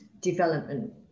development